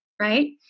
right